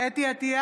חוה אתי עטייה,